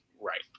Right